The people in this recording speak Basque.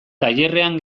tailerrean